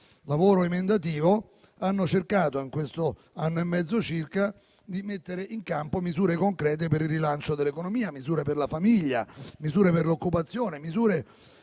lavoro emendativo hanno cercato, in questo anno e mezzo circa, di mettere in campo misure concrete per il rilancio dell'economia: misure per la famiglia, misure per l'occupazione, misure